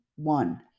One